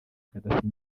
kadafi